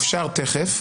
אפשר, תכף.